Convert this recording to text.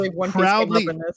proudly